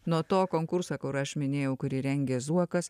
nuo to konkursą kur aš minėjau kurį rengė zuokas